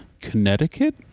connecticut